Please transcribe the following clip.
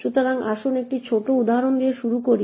সুতরাং আসুন একটি ছোট উদাহরণ দিয়ে শুরু করি